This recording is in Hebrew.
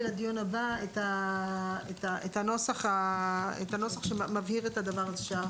לדיון הבא את הנוסח שמבהיר את הדבר הזה,